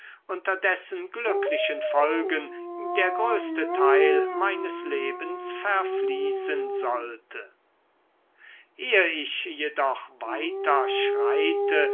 dessen glücklichen folgen der größte teil meines lebens verfließen sollte ehe ich jedoch weiter schreite